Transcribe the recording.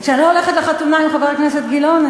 כשאני לא הולכת לחתונה עם חבר הכנסת גילאון,